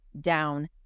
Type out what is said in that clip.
down